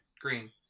Green